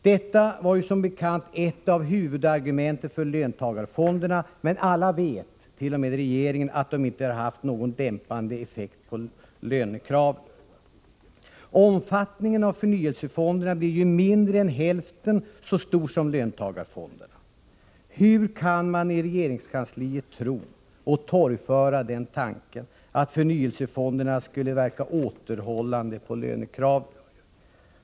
Detta var som bekant ett av huvudargumenten för löntagarfonderna, men alla vet, t.o.m. regeringen, att dessa inte har haft någon dämpande effekt på lönekraven. Omfattningen av förnyelsefonderna blir mindre än hälften så stor som löntagarfondernas. Hur kan man i regeringskansliet tro och torgföra tanken, att förnyelsefonderna skulle verka återhållande på lönekraven?